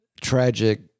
tragic